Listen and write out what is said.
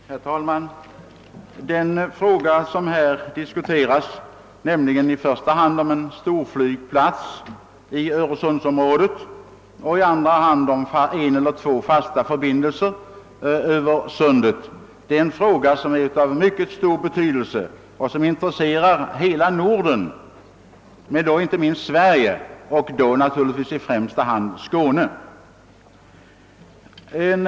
Herr talman! Den fråga vi här diskuterar, alltså i första hand en storflygplats i öresundsområdet och i andra hand en eller två fasta förbindelser över Sundet, är av mycket stor betydelse. Den intresserar hela Norden och inte minst Sverige, i allra främsta rummet Skåne.